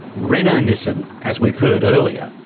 renault nissan, as we've heard earlier,